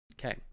Okay